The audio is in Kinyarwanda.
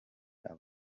aba